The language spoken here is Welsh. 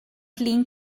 flin